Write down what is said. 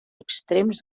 extrems